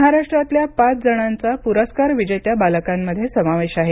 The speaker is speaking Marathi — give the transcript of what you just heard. महाराष्ट्रातल्या पाच जणांचा पुरस्कार विजेत्या बालकांमध्ये समावेश आहे